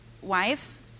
wife